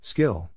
Skill